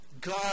God